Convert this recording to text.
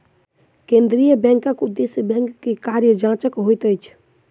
केंद्रीय बैंकक उदेश्य बैंक के कार्य जांचक होइत अछि